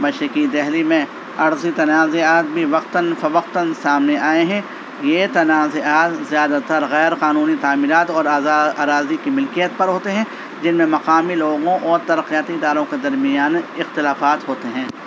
مشرقی دلی میں ارضی تنازعات بھی وقتاً فوقتاً سامنے آئے ہیں یہ تنازعات زیادہ تر غیر قانونی تعمیرات اور اراضی کی ملکیت پر ہوتے ہیں جن میں مقامی لوگوں اور ترقیاتی اداروں کے درمیان اختلافات ہوتے ہیں